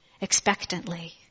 expectantly